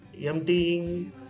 emptying